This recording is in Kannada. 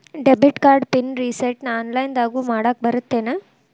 ಡೆಬಿಟ್ ಕಾರ್ಡ್ ಪಿನ್ ರಿಸೆಟ್ನ ಆನ್ಲೈನ್ದಗೂ ಮಾಡಾಕ ಬರತ್ತೇನ್